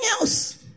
else